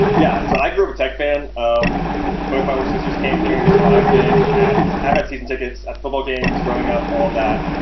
yeah, so i grew up a tech fan. um both our sisters came here so i've been at avid season tickets at football games growing up all that,